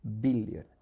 billion